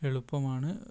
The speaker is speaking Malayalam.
എളുപ്പമാണ്